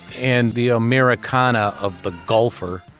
and the americana of the golfer.